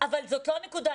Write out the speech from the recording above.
אבל זאת לא הנקודה.